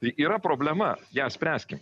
yra problema ją spręskim